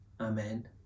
Amen